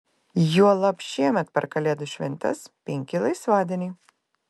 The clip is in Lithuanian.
juolab šiemet per kalėdų šventes penki laisvadieniai